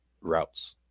routes